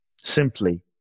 Simply